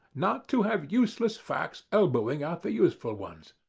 not to have useless facts elbowing out the useful ones.